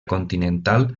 continental